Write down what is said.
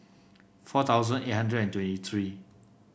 four thousand eight hundred twenty three